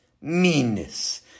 meanness